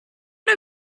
out